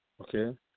Okay